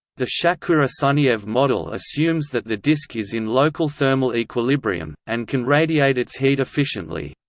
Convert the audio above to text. the shakura-sunyaev model assumes that the disk is in local thermal equilibrium, and can radiate its heat efficiently.